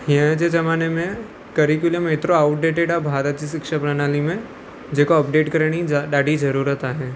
हीअंर जे ज़माने में केरिकुलम एतिरो ऑउटडेटिड आहे भारत जी शिक्षा प्रणाली में जेको अपडेट करणी ज ॾाढी ज़रूरत आहे